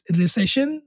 recession